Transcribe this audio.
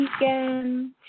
weekend